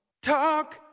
Talk